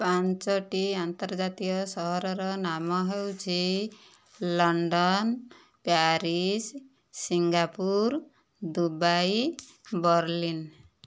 ପାଞ୍ଚଟି ଆନ୍ତର୍ଜାତୀୟ ସହରର ନାମ ହେଉଛି London Paris Singapore Dubai Berlin